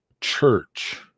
church